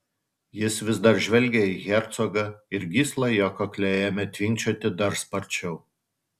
jis vis dar žvelgė į hercogą ir gysla jo kakle ėmė tvinkčioti dar sparčiau